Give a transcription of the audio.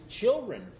children